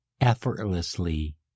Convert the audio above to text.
effortlessly